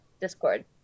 Discord